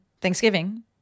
Thanksgiving